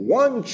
one